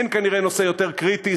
אין כנראה נושא יותר קריטי,